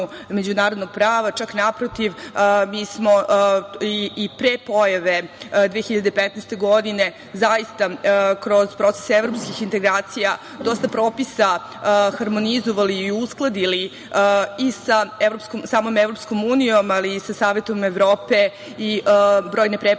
međunarodnog prava, čak, naprotiv, mi smo i pre pojave 2015. godine, zaista kroz proces evropskih integracija, dosta propisa harmonizovali i uskladili i sa samom Evropskom unijom, ali i sa Savetom Evrope i brojne preporuke